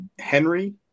Henry